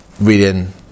reading